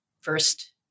first